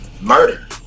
murder